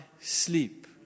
sleep